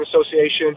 association